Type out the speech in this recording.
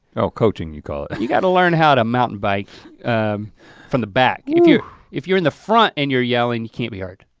oh coaching you call it. you gotta learn how to mountain bike from the back. whew. if you're in the front and you're yelling, you can't be heard,